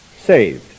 saved